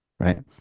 right